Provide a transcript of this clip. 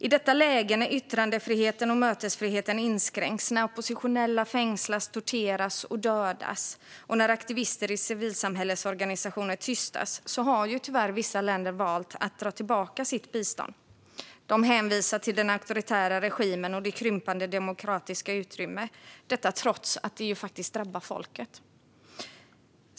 I detta läge, när yttrandefriheten och mötesfriheten inskränks, när oppositionella fängslas, torteras och dödas och när aktivister i civilsamhällets organisationer tystas, har tyvärr vissa länder valt att dra tillbaka sitt bistånd. De hänvisar till den auktoritära regimen och det krympande demokratiska utrymmet. Detta trots att det drabbar folket.